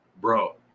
bro